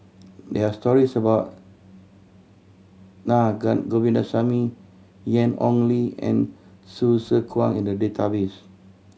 there are stories about Na Govindasamy Ian Ong Li and Hsu Tse Kwang in the database